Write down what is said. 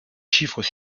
chiffres